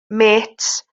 mêts